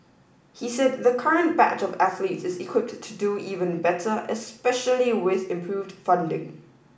he said the current batch of athletes is equipped to do even better especially with improved funding